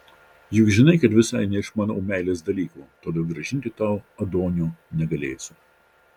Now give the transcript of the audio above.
juk žinai kad visai neišmanau meilės dalykų todėl grąžinti tau adonio negalėsiu